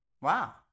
Wow